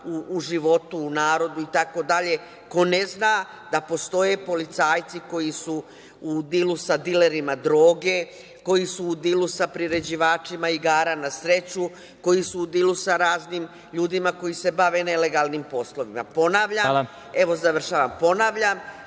u životu, u narodu itd, ko ne zna da postoje policajci koji su u dilu sa dilerima droge, koji su u dilu sa priređivačima igara na sreću, koji su u dilu sa raznim ljudima koji se bave nelegalnim poslovima? Ponavljam, nisu to